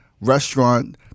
restaurant